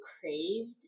craved